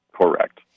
Correct